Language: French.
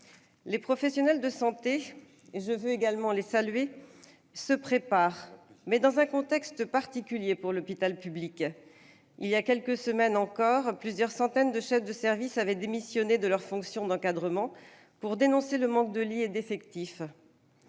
Les professionnels de santé- je veux également les saluer -se préparent, dans un contexte particulier pour l'hôpital public. Il y a quelques semaines, plusieurs centaines de chefs de service ont démissionné de leurs fonctions d'encadrement pour dénoncer le manque de lits et d'effectifs.